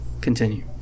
Continue